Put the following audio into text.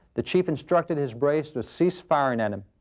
the chief instructed his braves to cease firing at him.